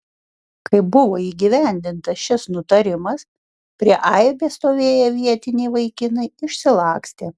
kai buvo įgyvendintas šis nutarimas prie aibės stovėję vietiniai vaikinai išsilakstė